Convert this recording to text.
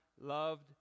loved